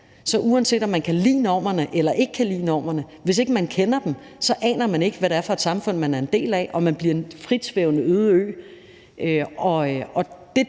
Uanset om man kan lide normerne eller ikke kan lide normerne – hvis ikke man kender dem, aner man ikke, hvad det er for et samfund, man er en del af, og man bliver en fritflydende øde ø.